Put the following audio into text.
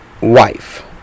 wife